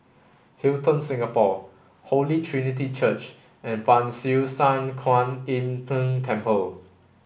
Hilton Singapore Holy Trinity Church and Ban Siew San Kuan Im Tng Temple